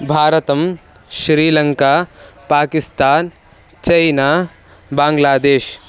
भारतं श्रीलङ्का पाकिस्तान् चैना बाङ्ग्लादेश्